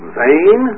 vain